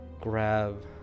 grab